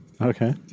Okay